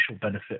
benefit